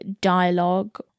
dialogue